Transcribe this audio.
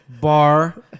bar